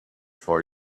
for